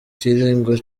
kiringo